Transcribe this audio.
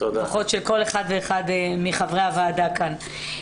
לפחות של כל אחד ואחד מחברי הוועדה כאן.